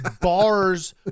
bars